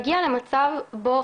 להגיע למצב בו